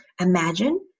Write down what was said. Imagine